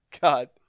God